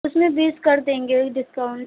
उसमें बीस कर देंगे डिस्काउन्ट